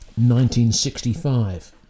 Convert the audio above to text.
1965